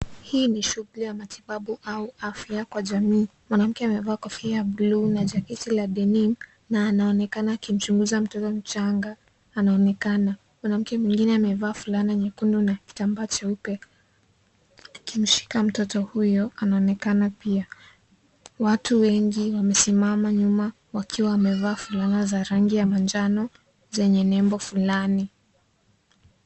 Hii ni shughuli ya matibabu au afya kwa jamii. Mwanamke amevaa kofia bluu na jaketi la denim , na anaonekana akimchunguza mtoto mchanga anaonekana. Mwanamke mwingine amevaa fulana nyekundu na kitambaa cheupe, akimshika mtoto huyo anaonekana pia. Watu wengi wamesimama nyuma, wakiwa wamevaa fulana za rangi ya manjano, zenye nembo fulani.